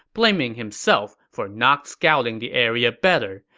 blaming himself for not scouting the area better.